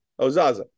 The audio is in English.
Ozaza